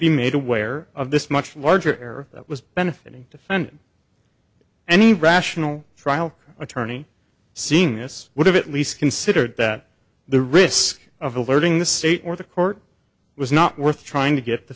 be made aware of this much larger error that was benefiting defendant any rational trial attorney seeing this would have at least considered that the risk of alerting the state or the court was not worth trying to get the